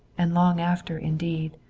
and long after indeed,